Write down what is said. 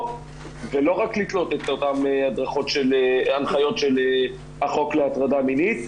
ולא רק לתלות את אותן הנחיות של החוק להטרדה מינית,